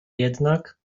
jednak